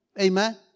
Amen